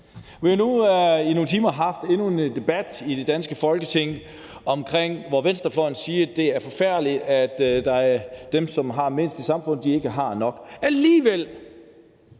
Vi har nu i nogle timer haft endnu en debat i det danske Folketing, hvor venstrefløjen siger, at det er forfærdeligt, at dem, som har mindst i samfundet, ikke har nok. Alligevel